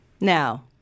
Now